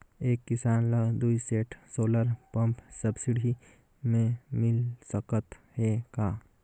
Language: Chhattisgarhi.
एक किसान ल दुई सेट सोलर पम्प सब्सिडी मे मिल सकत हे का?